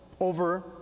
over